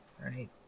Right